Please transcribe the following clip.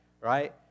right